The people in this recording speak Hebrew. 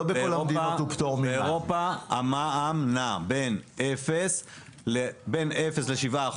ברוב מדינות אירופה המע"מ נע בין אפס לבין 7%,